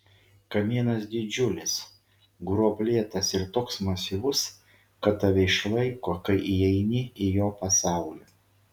kamienas didžiulis gruoblėtas ir toks masyvus kad tave išlaiko kai įeini į jo pasaulį